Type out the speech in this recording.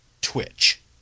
twitch